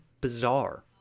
bizarre